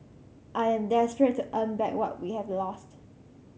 I am desperate to earn back what we have lost